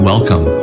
Welcome